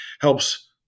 helps